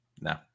no